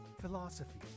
Philosophy